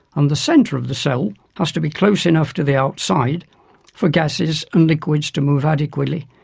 and the centre of the cell has to be close enough to the outside for gases and liquids to move adequately,